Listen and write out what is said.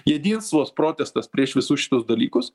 jedinstvos protestas prieš visus šituos dalykus